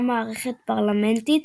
עם מערכת פרלמנטרית,